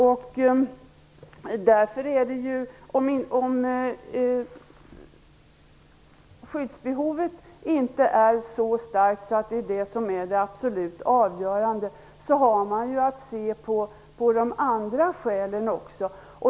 Om skyddsbehovet inte är så starkt att det är det som är det absolut avgörande, har man att se på de andra skälen också.